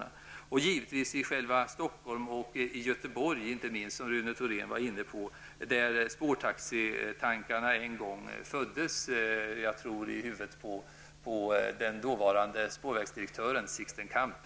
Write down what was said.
Detta gäller givetvis även för Stockholm och inte minst Göteborg, som Rune Thorén var inne på, där spårtaxitankarna en gång föddes för ungefär 20 år sedan. Jag tror att mannen bakom detta var den dåvarande spårvägsdirektören Sixten Kamp.